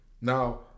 Now